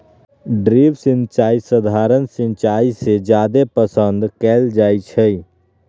drip सिंचाई सधारण सिंचाई से जादे पसंद कएल जाई छई